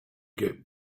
get